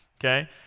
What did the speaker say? okay